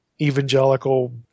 evangelical